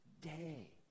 day